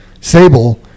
Sable